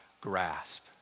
grasp